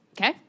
Okay